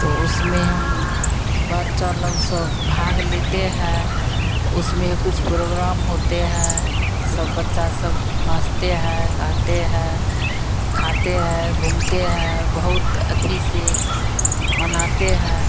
तो उसमें हम बच्चा लोग सब भाग लेते हैं उसमें कुछ प्रोग्राम होते हैं सब बच्चा सब नाचते हैं गाते हैं खाते हैं घूमते हैं बहुत अथी से मनाते हैं